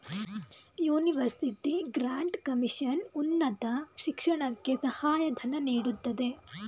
university grant commission ಉನ್ನತ ಶಿಕ್ಷಣಕ್ಕೆ ಸಹಾಯ ಧನ ನೀಡುತ್ತದೆ